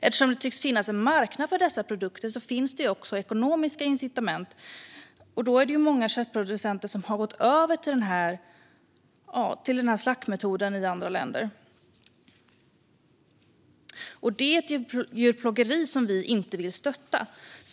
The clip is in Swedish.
Eftersom det tycks finnas en marknad för dessa produkter och därmed också ekonomiska incitament är det många köttproducenter som gått över till dessa slaktmetoder i andra länder. Det är ett djurplågeri som vi inte vill stötta.